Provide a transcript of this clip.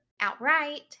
outright